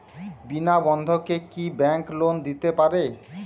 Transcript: বিনা বন্ধকে কি bank loan দিতে পারে?